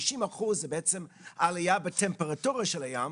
50 אחוזים זה בעצם העלייה בטמפרטורה של הים,